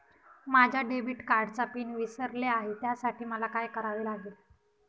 माझ्या डेबिट कार्डचा पिन विसरले आहे त्यासाठी मला काय करावे लागेल?